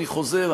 אני חוזר,